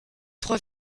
trois